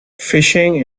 fishing